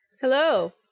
Hello